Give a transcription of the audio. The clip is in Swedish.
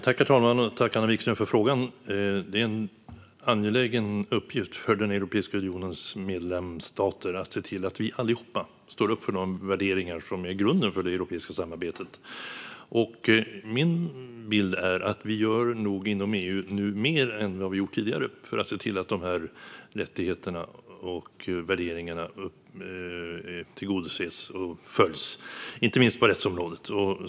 Herr talman! Tack, Anna Vikström, för frågan! Det är en angelägen uppgift för Europeiska unionens medlemsstater att se till att vi allihop står upp för de värderingar som är grunden för det europeiska samarbetet. Min bild är att vi inom EU nog gör mer nu än vad vi har gjort tidigare för att se till att dessa rättigheter och värderingar tillgodoses och följs, inte minst på rättsområdet.